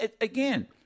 again